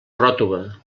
ròtova